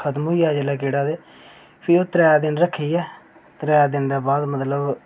खत्म होई जा जेल्लै कीड़ा ते फ्ही ओह् त्रैऽ दिन रक्खियै त्रैऽ दिन दे बाद मतलब